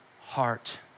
heart